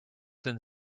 than